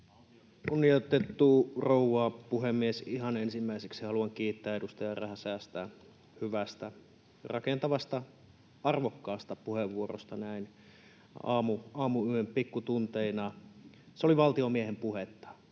Kunnioitettu rouva puhemies! Ihan ensimmäiseksi haluan kiittää edustaja Räsästä hyvästä, rakentavasta, arvokkaasta puheenvuorosta näin aamuyön pikkutunteina. Se oli valtiomiehen puhetta.